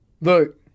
Look